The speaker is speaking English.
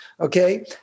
Okay